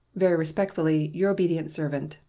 very respectfully, your obedient servant,